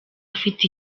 afite